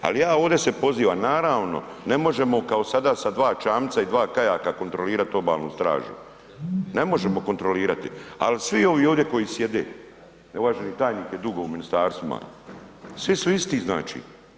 Ali ja ovdje se pozivam naravno ne možemo kao sada sa dva čamca i dva kajaka kontrolirati obalnu stražu, ne možemo kontrolirati, ali svi ovi ovdje koji sjede, uvaženi tajnik je dugo u ministarstvima svi su isti znači.